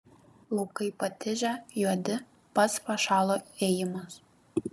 laukai patižę juodi pats pašalo ėjimas